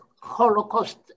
Holocaust